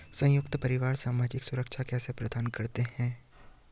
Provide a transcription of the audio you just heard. संयुक्त परिवार सामाजिक सुरक्षा कैसे प्रदान करते हैं?